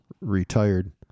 retired